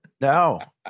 No